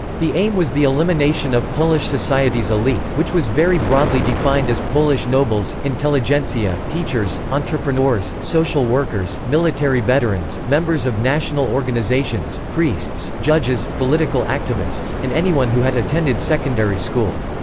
the aim was the elimination of polish society's elite, which was very broadly defined as polish nobles, intelligentsia, teachers, entrepreneurs, social workers, military veterans, members of national organizations, priests, judges, political activists, and anyone who had attended secondary school.